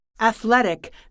athletic